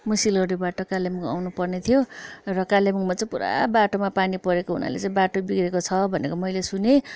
म सिलगढीबाट कालिम्पोङ आउनु पर्ने थियो र कालिम्पोङमा चाहिँ पुरा बाटोमा पानी परेको हुनाले चाहिँ बाटो बिग्रेको छ भनेको मैले सुनेँ